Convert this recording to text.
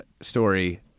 story